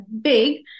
big